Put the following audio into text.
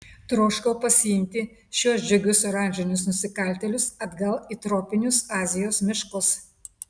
troškau pasiimti šiuos džiugius oranžinius nusikaltėlius atgal į tropinius azijos miškus